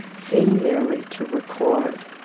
seem merely to record.